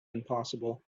impossible